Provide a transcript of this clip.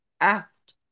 asked